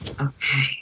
Okay